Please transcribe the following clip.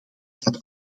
dat